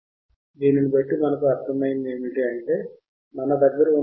కాబట్టి మనం లోపాస్ ఫిల్టర్ను డిజైన్ చేయవచ్చు